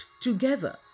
together